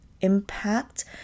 impact